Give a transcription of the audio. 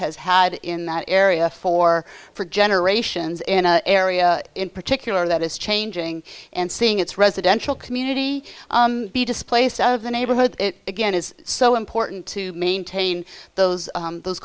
has had in that area for for generations in a area in particular that is changing and seeing its residential community be displaced out of the neighborhood again is so important to maintain those those